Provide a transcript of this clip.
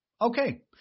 okay